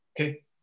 okay